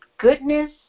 Goodness